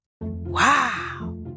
Wow